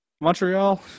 Montreal